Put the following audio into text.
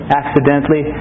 accidentally